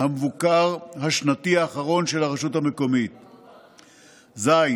המבוקר השנתי האחרון של הרשות המקומית, ז.